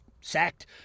sacked